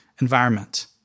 environment